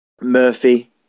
Murphy